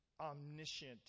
omniscient